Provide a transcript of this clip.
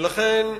לכן,